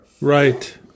Right